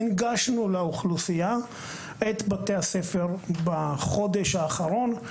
הנגשנו לאוכלוסייה את בתי הספר בחודש האחרון.